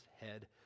head